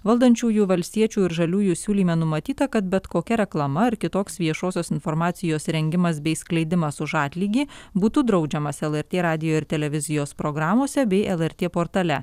valdančiųjų valstiečių ir žaliųjų siūlyme numatyta kad bet kokia reklama ar kitoks viešosios informacijos rengimas bei skleidimas už atlygį būtų draudžiamas lrt radijo ir televizijos programose bei lrt portale